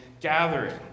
gathering